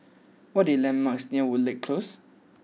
what are the landmarks near Woodleigh Close